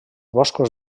boscos